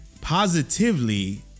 positively